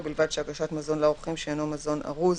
במקום "לעניין מקום המשמש לשמחות ולאירועים"